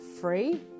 free